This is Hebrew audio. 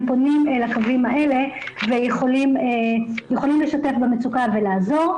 פונים לקווים האלה ויכולים לשתף במצוקה ולעזור.